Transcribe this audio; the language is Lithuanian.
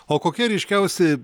o kokie ryškiausi